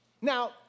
Now